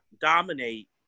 dominate